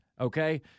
okay